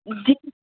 जी